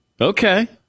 okay